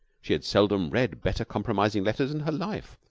she had seldom read better compromising letters in her life,